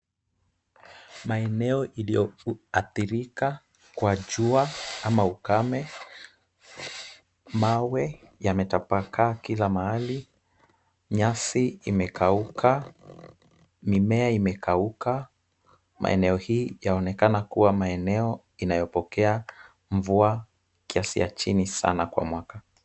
Maeneo iliyoadhirika kwa jua ama ukaeme, mawe yametapakaa kila mahali, nyasi imekauka, mimea imekauka. Maeneo hii yanaonekana kuwa maeneo inayopokea mvua kiasi ya chini sana kwa mwaka.